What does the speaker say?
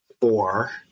four